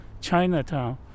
Chinatown